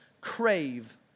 crave